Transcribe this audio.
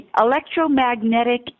electromagnetic